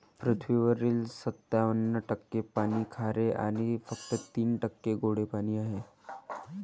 पृथ्वीवरील सत्त्याण्णव टक्के पाणी खारे आणि फक्त तीन टक्के गोडे पाणी आहे